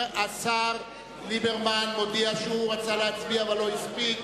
השר ליברמן מודיע שרצה להצביע אבל לא הספיק.